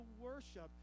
worship